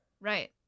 Right